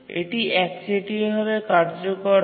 এটি একচেটিয়া ভাবে কার্যকর হয়